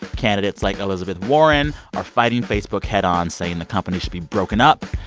candidates, like elizabeth warren, are fighting facebook head on saying the company should be broken up.